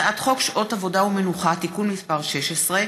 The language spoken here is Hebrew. הצעת חוק שעות עבודה ומנוחה (תיקון מס׳ 16),